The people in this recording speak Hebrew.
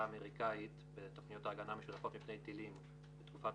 האמריקאית בתוכניות הגנה משותפות מפני טילים בתקופת